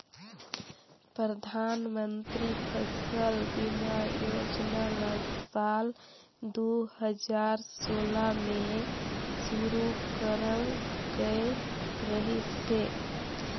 परधानमंतरी फसल बीमा योजना ल साल दू हजार सोला में शुरू करल गये रहीस हे